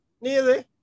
nearly